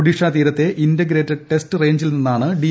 ഒഡിഷ തീരത്തെ integrated test റേഞ്ചിൽ നിന്നാണ് ഡി